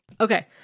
Okay